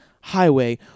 Highway